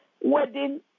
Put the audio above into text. wedding